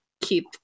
keep